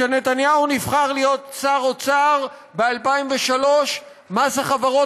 כשנתניהו נבחר להיות שר אוצר ב-2003 מס החברות